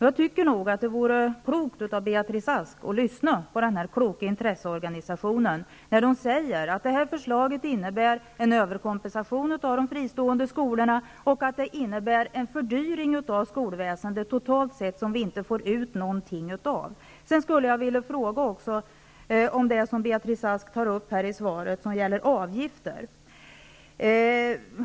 Jag tycker att det vore klokt av Beatrice Ask att lyssna på den kloka intresseorganisationen, när den säger att förslaget innebär en överkompensation för de fristående skolorna och en fördyring av skolväsendet totalt sett, som vi inte får någonting ut av. Beatrice Ask tog upp i sitt svar.